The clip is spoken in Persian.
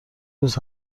روز